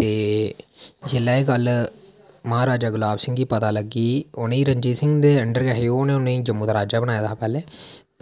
ते जेल्लै एह् गल्ल महाराजा गुलाब सिंह गी पता लग्गी उ'नें ओह् रंजीत सिंह दे अंडर हे ओह् उ'नें उ'नेंगी जम्मू दा राजा बनाए दा हा